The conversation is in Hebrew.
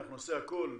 אנחנו נעשה הכול,